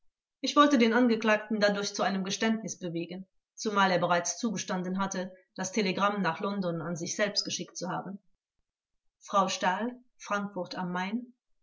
ich wollte den angeklagten dadurch zu einem geständnis bewegen zumal er bereits zugestanden hatte das telegramm nach london an sich selbst geschickt zu haben frau stahl frankfurt a m